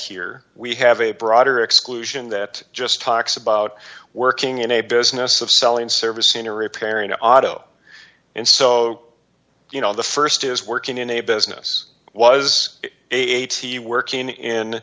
here we have a broader exclusion that just talks about working in a business of selling service in a riparian auto and so you know the st is working in a business was eighty working in